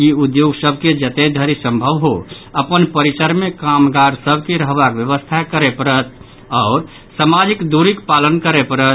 ई उद्योग सभ के जतय धरि संभव हो अपन परिसर मे कामगार सभ के रहबाक व्यवस्था करय पड़त आओर सामाजिक दूरीक पालन करय पड़त